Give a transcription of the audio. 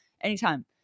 anytime